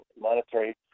monetary